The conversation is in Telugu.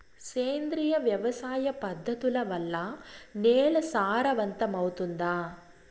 సేంద్రియ వ్యవసాయ పద్ధతుల వల్ల, నేల సారవంతమౌతుందా?